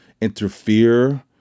Interfere